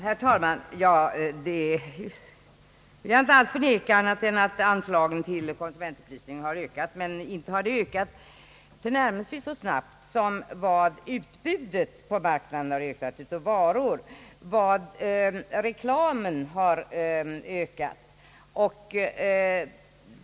Herr talman! Jag vill inte alls förneka att anslagen till konsumentupplysning har ökat, men de har inte ökat tillnärmelsevis så snabbt som utbudet av varor på marknaden och inte heller lika snabbt som reklamen.